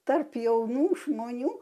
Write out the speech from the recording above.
tarp jaunų žmonių